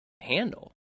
handle